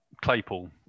Claypool